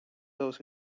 those